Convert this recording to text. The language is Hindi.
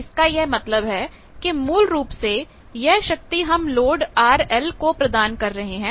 इसका यह मतलब है कि मूल रूप से यह शक्ति हम लोड RL को प्रदान कर रहे हैं